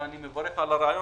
ואני מברך על הרעיון,